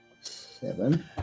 seven